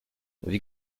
wie